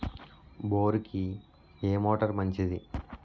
బోరుకి ఏ మోటారు మంచిది?